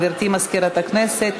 גברתי מזכירת הכנסת,